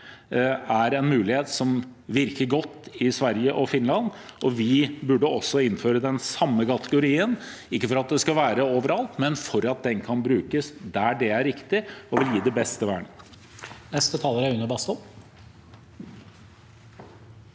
er en mulighet som virker godt i Sverige og Finland, og vi burde innføre den samme kategorien – ikke for at det skal være overalt, men for at den kan brukes der det er riktig, og gi det beste vernet.